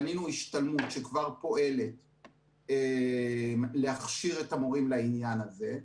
בינינו השתלמות שכבר פועלת להכשיר את המורים לעניין הזה.